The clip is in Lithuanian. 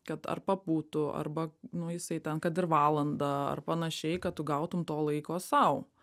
kad ar pabūtų arba nu jisai ten kad ir valandą ar panašiai kad tu gautum to laiko sau